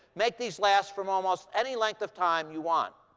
make these last from almost any length of time you want.